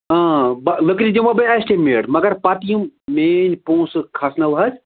اۭں بہ لٔکرِ دِمو بہٕ اٮ۪سٹِمیٹ مگر پَتہٕ یِم میٛٲنۍ پونٛسہٕ کھَسنو حظ